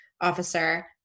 officer